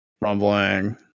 rumbling